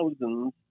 thousands